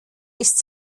ist